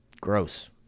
gross